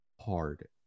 hard